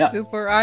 Super